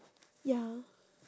ya